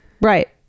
Right